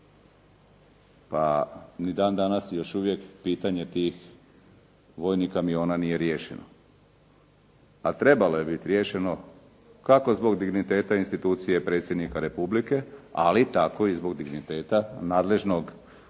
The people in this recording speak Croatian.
pa ni dan danas pitanje još uvijek tih vojnih kamiona nije riješeno, a trebalo je biti riješeno, kako zbog digniteta institucije predsjednika Republike, ali tako i zbog digniteta nadležno bivšeg,